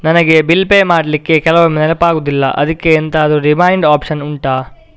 ನನಗೆ bill pay ಮಾಡ್ಲಿಕ್ಕೆ ಕೆಲವೊಮ್ಮೆ ನೆನಪಾಗುದಿಲ್ಲ ಅದ್ಕೆ ಎಂತಾದ್ರೂ ರಿಮೈಂಡ್ ಒಪ್ಶನ್ ಉಂಟಾ